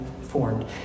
formed